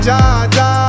Jaja